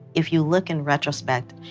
if you look in retrospect,